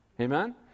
Amen